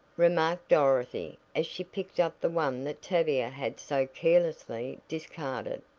remarked dorothy as she picked up the one that tavia had so carelessly discarded.